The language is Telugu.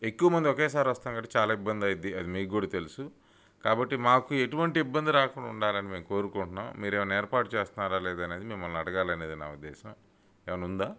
ఎక్కువ మంది ఒకేసారి వస్తాం కాబట్టి చాలా ఇబ్బందయిద్ది అది మీకు కూడా తెలుసు కాబట్టి మాకు ఎటువంటి ఇబ్బంది రాకుండా ఉండాలని మేము కోరుకుంట్నాం మీరేమన్నా ఏర్పాటు చేస్తున్నారా లేదనేది మిమ్మల్ని అడగాలనేది నా ఉద్దేశం ఏమన్నా ఉందా